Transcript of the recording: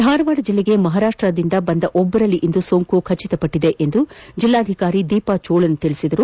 ಧಾರವಾಡ ಜಿಲ್ಲೆಗೆ ಮಹಾರಾಷ್ಟರಿಂದ ಬಂದ ಒಬ್ಬರಲ್ಲಿ ಇಂದು ಸೋಂಕು ದೃಢಪಟ್ಟಿದೆ ಎಂದು ಜಿಲ್ಲಾಧಿಕಾರಿ ದೀಪಾ ಚೋಳನ್ ತಿಳಿಸಿದ್ದಾರೆ